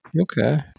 Okay